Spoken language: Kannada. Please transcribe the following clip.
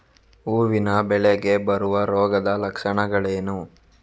ಹೂವಿನ ಬೆಳೆಗೆ ಬರುವ ರೋಗದ ಲಕ್ಷಣಗಳೇನು?